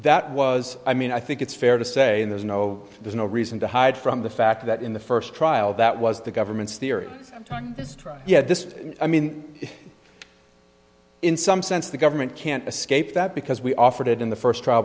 that was i mean i think it's fair to say there's no there's no reason to hide from the fact that in the first trial that was the government's theory this trial yet this i mean in some sense the government can't escape that because we offered it in the first trial